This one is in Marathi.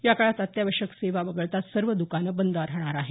याकाळात अत्यावश्यक सेवा वगळता सर्व दकाने बंद असणार आहेत